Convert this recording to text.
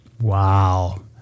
Wow